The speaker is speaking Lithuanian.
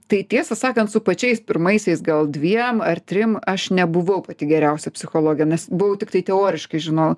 tai tiesą sakant su pačiais pirmaisiais gal dviem ar trim aš nebuvau pati geriausia psichologė nes buvau tiktai teoriškai žinojau